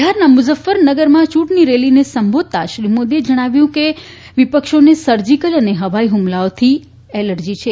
બિહારના મુઝફફરનગરમાં ચ્રૂંટણી રેલીને સંબોધતાં શ્રી મોદીએ જગ્નાવ્યું હતું કે વિપક્ષોને સર્જીકલ અને હવાઇ હુમલાથી એલર્જી છે